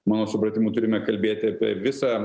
mano supratimu turime kalbėti apie visą